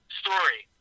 story